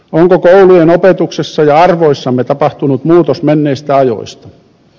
onko koulujen opetuksessa ja arvoissamme tapahtunut muutos menneistä ajoista